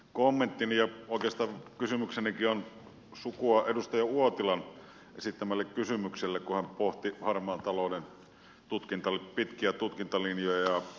kommenttini ja oikeastaan kysymyksenikin on sukua edustaja uotilan esittämälle kysymykselle kun hän pohti harmaan talouden pitkiä tutkintalinjoja